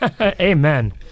amen